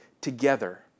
together